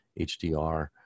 HDR